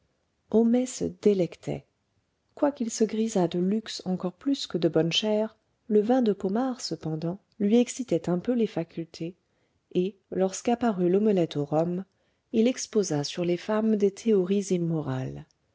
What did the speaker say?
homais se délectait quoiqu'il se grisât de luxe encore plus que de bonne chère le vin de pomard cependant lui excitait un peu les facultés et lorsque apparut l'omelette au rhum il exposa sur les femmes des théories immorales